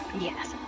Yes